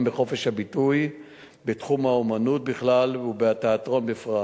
בחופש הביטוי בתחום האמנות בכלל ובתיאטרון בפרט,